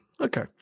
Okay